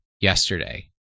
yesterday